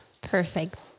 Perfect